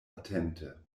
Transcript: atente